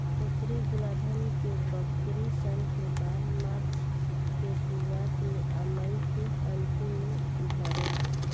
उत्तरी गोलार्ध के बकरी सन के बाल मार्च के शुरुआत में आ मई के अन्तिम में झड़ेला